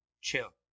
chill